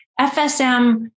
FSM